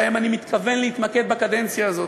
ובהן אני מתכוון להתמקד בקדנציה הזאת,